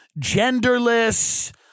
genderless